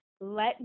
let